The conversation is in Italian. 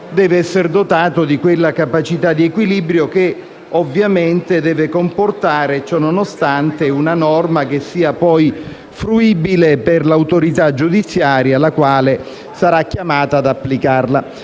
deve essere dotato di quella capacità di equilibrio che deve comportare una norma che sia poi fruibile per l'autorità giudiziaria, la quale sarà chiamata ad applicarla.